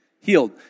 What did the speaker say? Healed